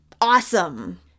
Awesome